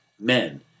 men